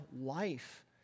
life